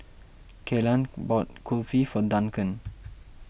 Kelan bought Kulfi for Duncan